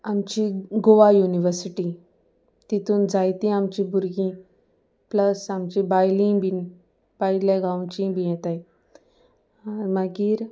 आमची गोवा युनिवर्सिटी तितून जायती आमची भुरगीं प्लस आमची भायलीं बीन भायल्या गांवचीं बी येताय मागीर